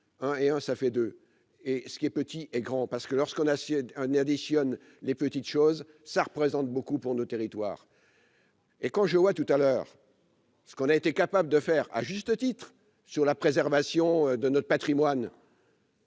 hein et hein ça fait deux et ce qui est petit et grand parce que lorsqu'on assiette un additionne les petites choses, ça représente beaucoup pour nos territoires. Et quand je vois tout à l'heure. Ce qu'on a été capable de faire, à juste titre sur la préservation de notre Patrimoine.